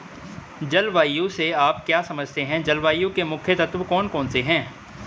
जलवायु से आप क्या समझते हैं जलवायु के मुख्य तत्व कौन कौन से हैं?